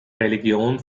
religion